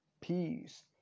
peace